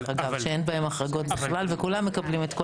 שאין בהם החרגות בכלל וכולם מקבלים את הכל.